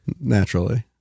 Naturally